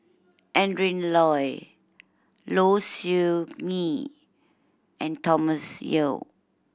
Adrin Loi Low Siew Nghee and Thomas Yeo